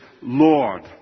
Lord